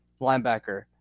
linebacker